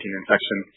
infection